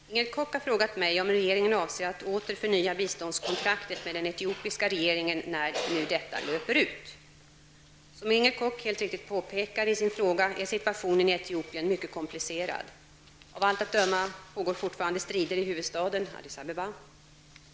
Herr talman! Inger Koch har frågat mig om regeringen avser att åter förnya biståndskontraktet med den etiopiska regeringen när detta nu löper ut. Som Inger Koch helt riktigt påpekar i sin fråga är situationen i Etiopien mycket komplicerad. Av allt att döma pågår fortfarande strider i huvudstaden Addis Abeba.